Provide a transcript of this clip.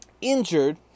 Injured